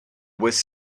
was